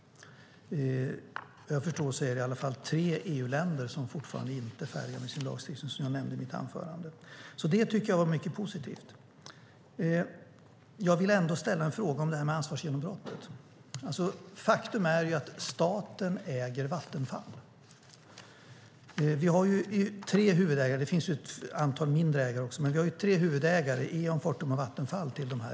Vad jag förstår är det i alla fall tre EU-länder som fortfarande inte är färdiga med sin lagstiftning, vilket jag nämnde i mitt anförande. Det här tycker jag alltså var mycket positivt. Jag vill ändå ställa en fråga om ansvarsgenombrottet. Faktum är att staten äger Vattenfall. Vi har tre huvudägare till de här reaktorerna - det finns ju ett antal mindre ägare också - och de är Eon, Fortum och Vattenfall.